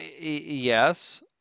yes